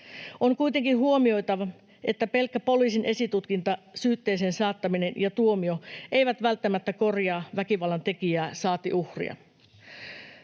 On kuitenkin huomioitava, että pelkkä poliisin esitutkinta, syytteeseen saattaminen ja tuomio eivät välttämättä korjaa väkivallan tekijää, saati uhria.